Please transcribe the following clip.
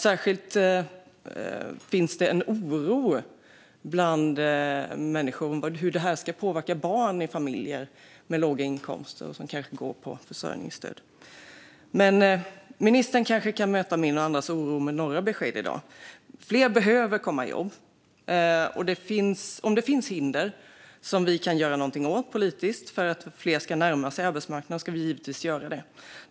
Särskilt finns det en oro bland människor för hur detta ska påverka barn i familjer med låga inkomster som kanske går på försörjningsstöd. Men ministern kanske kan möta min och andras oro med några besked i dag. Fler behöver komma i jobb. Om det finns hinder som vi kan göra något åt politiskt för att fler ska närma sig arbetsmarknaden ska vi givetvis göra det.